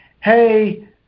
hey